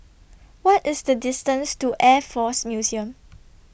What IS The distance to Air Force Museum